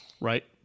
Right